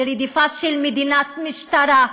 לרדיפה של מדינת משטרה,